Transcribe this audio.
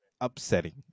upsetting